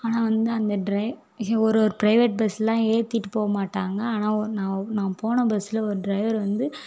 ஆனால் வந்து அந்த ட்ரை ஒரு ஒரு பிரைவேட் பஸ்லாம் ஏற்றிட்டு போகமாட்டாங்க ஆனால் ஒ நான் நான் போன பஸ்ஸில் ஒரு ட்ரைவர் வந்து